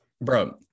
bro